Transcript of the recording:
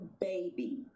baby